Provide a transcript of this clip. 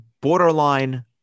borderline